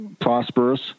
Prosperous